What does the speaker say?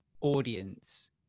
audience